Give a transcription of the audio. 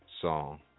song